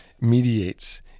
mediates